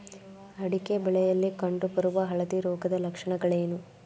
ಅಡಿಕೆ ಬೆಳೆಯಲ್ಲಿ ಕಂಡು ಬರುವ ಹಳದಿ ರೋಗದ ಲಕ್ಷಣಗಳೇನು?